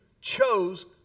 chose